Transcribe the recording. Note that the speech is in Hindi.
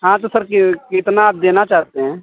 हाँ तो सर कि कितना आप देना चाहते हैं